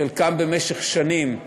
חלקם במשך שנים,